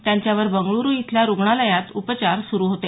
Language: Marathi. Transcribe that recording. त्यांच्यावर बंगळुरू इथल्या रुग्णालयात उपचार सुरू होते